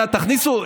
תכניסו,